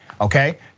okay